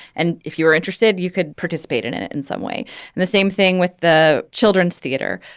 and if you were interested you could participate in in it in some way and the same thing with the children's theater.